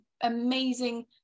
amazing